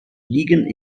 liegen